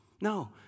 No